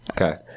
Okay